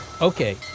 Okay